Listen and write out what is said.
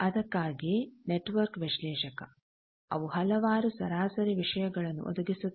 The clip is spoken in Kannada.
ಅದಕ್ಕಾಗಿಯೇ ನೆಟ್ವರ್ಕ್ ವಿಶ್ಲೇಷಕ ಅವು ಹಲವಾರು ಸರಾಸರಿ ವಿಷಯಗಳನ್ನು ಒದಗಿಸುತ್ತವೆ